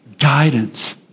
guidance